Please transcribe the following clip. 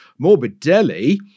morbidelli